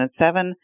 2007